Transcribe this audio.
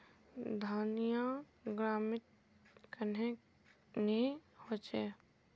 धनिया गर्मित कन्हे ने होचे?